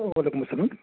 وعلیکُم اسلام